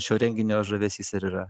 šio renginio žavesys ir yra